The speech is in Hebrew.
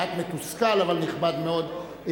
מעט מתוסכל אבל נכבד מאוד,